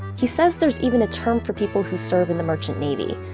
he says there's even a term for people who serve in the merchant navy,